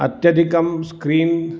अत्यधिकं स्क्रीन्